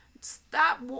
Stop